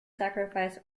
sacrifice